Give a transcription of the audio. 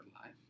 life